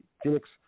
Phoenix